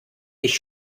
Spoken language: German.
ich